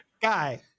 guy